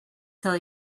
till